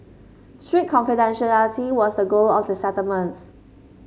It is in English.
strict confidentiality was the goal of the settlements